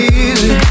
easy